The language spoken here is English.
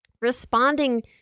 responding